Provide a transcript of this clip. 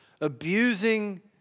abusing